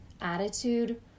attitude